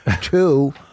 Two